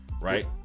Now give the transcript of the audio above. Right